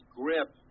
grip